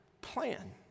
plan